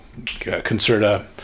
Concerta